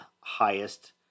highest